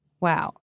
Wow